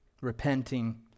repenting